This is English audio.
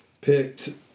picked